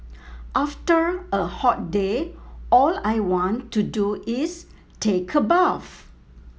after a hot day all I want to do is take a bath